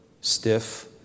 stiff